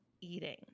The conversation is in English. eating